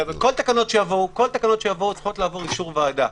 אבל כל תקנות שיבואו צריכות לעבור אישור ועדה,